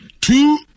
two